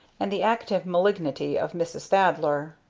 and the active malignity of mrs. thaddler.